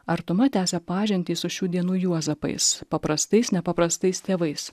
artuma tęsia pažintį su šių dienų juozapais paprastais nepaprastais tėvais